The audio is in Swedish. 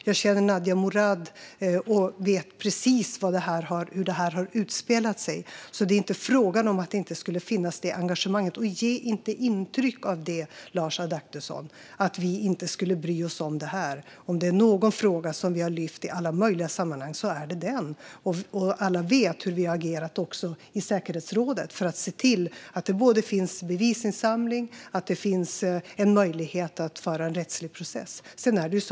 Jag känner Nadia Murad och vet precis hur det här har utspelat sig. Det är alltså inte fråga om att det inte skulle finnas engagemang. Ge inte intryck av att vi inte skulle bry oss om det här, Lars Adaktusson. Om det är någon fråga vi har lyft fram i alla möjliga sammanhang är det den. Alla vet också hur vi har agerat i säkerhetsrådet för att se till att det finns både bevisinsamling och en möjlighet att föra en rättslig process.